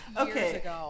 Okay